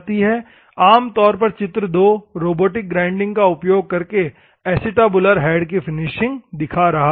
आम तौर पर चित्र 2 रोबोटिक ग्राइंडिंग का उपयोग करके एसिटाबुलर हेड की फिनिशिंग दिखा रहा है